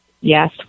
Yes